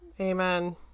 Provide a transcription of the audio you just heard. Amen